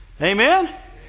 Amen